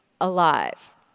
alive